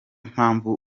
mpamvu